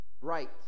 Right